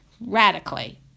radically